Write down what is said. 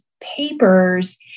papers